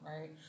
right